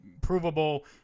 provable